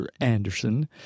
anderson